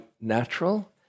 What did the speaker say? natural